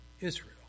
Israel